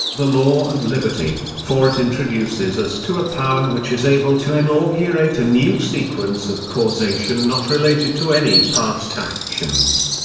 the law of liberty for it introduces us to a power which is able to inaugurate a new sequence of causation not related to any past actions.